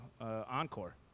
encore